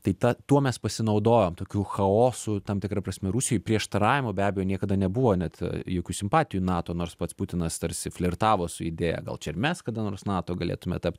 tai ta tuo mes pasinaudojom tokiu chaosu tam tikra prasme rusijoj prieštaravimo be abejo niekada nebuvo net jokių simpatijų nato nors pats putinas tarsi flirtavo su idėja gal čia ir mes kada nors nato galėtume tapt